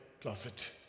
closet